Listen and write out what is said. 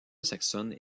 saxonnes